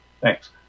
Thanks